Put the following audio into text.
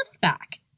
back